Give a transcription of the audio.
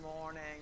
morning